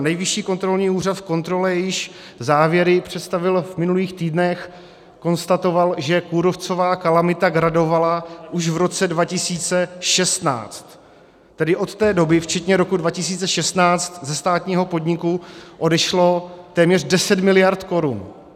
Nejvyšší kontrolní úřad v kontrole, jejíž závěry představil v minulých týdnech, konstatoval, že kůrovcová kalamita gradovala už v roce 2016, tedy od té doby včetně roku 2016 ze státního podniku odešlo téměř 10 mld. korun.